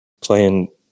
playing